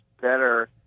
better